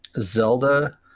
zelda